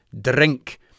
drink